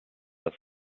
das